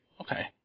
Okay